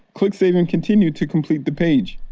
click save and continue to complete the page.